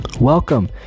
Welcome